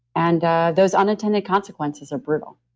and those unintended consequences are brutal.